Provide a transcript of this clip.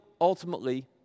ultimately